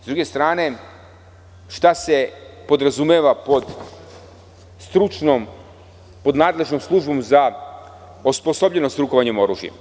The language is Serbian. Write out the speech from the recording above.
S druge strane, šta se podrazumeva pod nadležnom službom za osposobljenost rukovanjem oružjem?